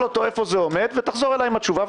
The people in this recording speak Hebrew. תשאל אותו איפה זה עומד ותחזור אליי עם התשובה,